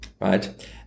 right